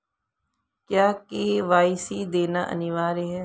क्या के.वाई.सी देना अनिवार्य है?